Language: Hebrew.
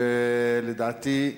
לדעתי,